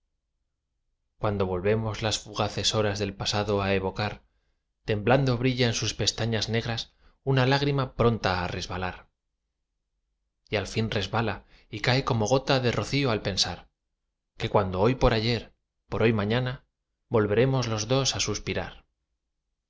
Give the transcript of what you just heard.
cuando volvemos las fugaces horas del pasado á evocar temblando brilla en sus pestañas negras una lágrima pronta á resbalar y al fin resbala y cae como gota de rocío al pensar que cual hoy por ayer por hoy mañana volveremos los dos á suspirar lv